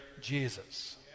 Jesus